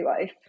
life